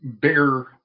bigger